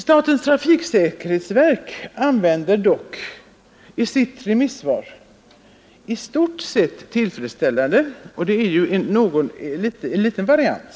Statens trafiksäkerhetsverk använder dock i sitt remissvar uttrycket ”i stort sett tillfredsställande”, och det är ju en liten variant.